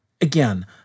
again